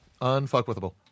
Unfuckwithable